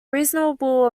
reasonable